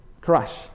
crush